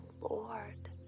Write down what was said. Lord